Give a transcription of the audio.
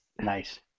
Nice